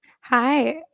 Hi